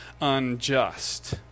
unjust